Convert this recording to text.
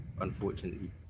unfortunately